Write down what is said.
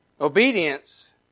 Obedience